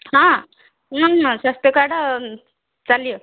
ହଁ ନା ନା ସ୍ୱାସ୍ଥ୍ୟ କାର୍ଡ଼ ଚାଲିବ